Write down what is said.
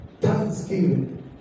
Thanksgiving